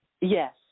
yes